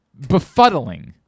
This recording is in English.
befuddling